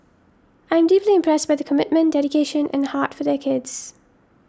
I am deeply impressed by the commitment dedication and heart for their kids